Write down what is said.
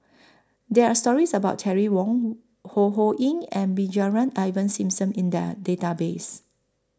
There Are stories about Terry Wong Ho Ho Ying and Brigadier Ivan Simson in The Database